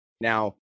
Now